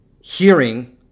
hearing